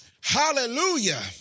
Hallelujah